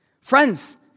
Friends